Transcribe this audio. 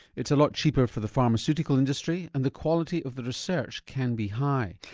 it's a lot cheaper for the pharmaceutical industry and the quality of the research can be high.